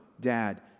dad